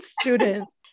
students